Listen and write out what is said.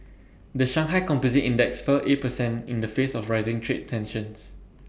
the Shanghai composite index fell eight percent in the face of rising trade tensions